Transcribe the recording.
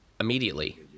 immediately